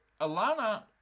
Alana